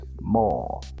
more